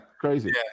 Crazy